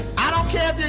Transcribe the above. i don't care if and